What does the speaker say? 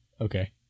Okay